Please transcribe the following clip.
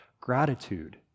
gratitude